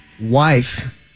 wife